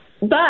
but-